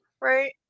right